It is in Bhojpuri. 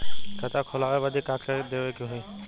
खाता खोलावे बदी का का देवे के होइ?